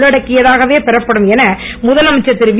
உள்ளடக்கியதாகவே பெறப்படும் என முதலமைச்சர் திருவி